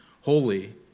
holy